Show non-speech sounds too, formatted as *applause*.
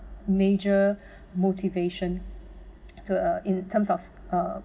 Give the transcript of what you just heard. major *breath* motivation to uh in terms of uh